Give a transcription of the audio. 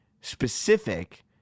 specific